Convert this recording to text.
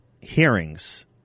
hearings